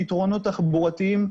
פתרונות תחבורתיים,